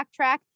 backtrack